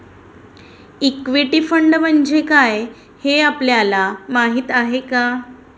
Equity fund म्हणजे काय, हे आपल्याला माहीत आहे का?